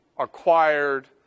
acquired